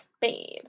babe